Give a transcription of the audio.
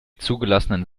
zugelassenen